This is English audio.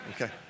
Okay